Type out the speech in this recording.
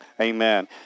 Amen